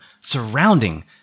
surrounding